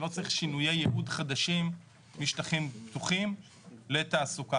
שלא צריך שינויי ייעוד חדשים משטחים פתוחים לתעסוקה.